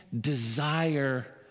desire